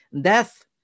Death